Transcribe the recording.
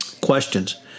questions